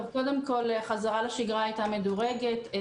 קודם כול, החזרה לשגרה הייתה מדורגת.